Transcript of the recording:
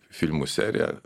filmų serija